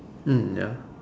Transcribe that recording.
hmm ya